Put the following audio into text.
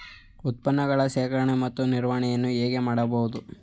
ಉತ್ಪನ್ನಗಳ ಶೇಖರಣೆ ಮತ್ತು ನಿವಾರಣೆಯನ್ನು ಹೇಗೆ ಮಾಡಬಹುದು?